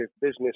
business